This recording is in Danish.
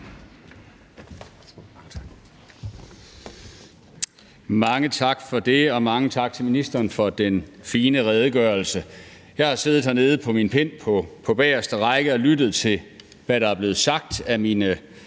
Mange tak for det, og mange tak til ministeren for den fine redegørelse. Jeg har siddet hernede på min pind på bageste række og lyttet til, hvad der er blevet sagt af mine